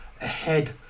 ahead